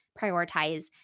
prioritize